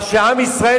מה שעם ישראל,